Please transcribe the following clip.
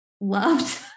loved